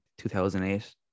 2008